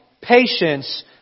patience